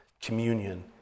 communion